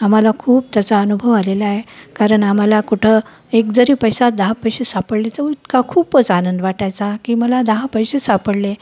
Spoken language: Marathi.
आम्हाला खूप त्याचा अनुभव आलेला आहे कारण आम्हाला कुठं एक जरी पैसा दहा पैसे सापडले तर उतका खूपच आनंद वाटायचा की मला दहा पैसे सापडले